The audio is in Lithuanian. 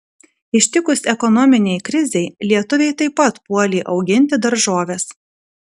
ištikus ekonominei krizei lietuviai taip pat puolė auginti daržoves